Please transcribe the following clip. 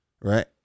Right